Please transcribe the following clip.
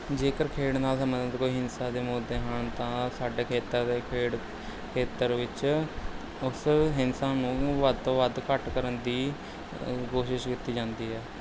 ਜੇਕਰ ਖੇਡ ਨਾਲ ਸੰਬੰਧਿਤ ਕੋਈ ਹਿੰਸਾ ਦੇ ਮੁੱਦੇ ਹਨ ਤਾਂ ਸਾਡੇ ਖੇਤਰ ਦੇ ਖੇਡ ਖੇਤਰ ਵਿੱਚ ਉਸ ਹਿੰਸਾ ਨੂੰ ਵੱਧ ਤੋਂ ਵੱਧ ਘੱਟ ਕਰਨ ਦੀ ਕੋਸ਼ਿਸ਼ ਕੀਤੀ ਜਾਂਦੀ ਹੈ